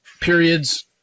periods